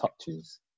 touches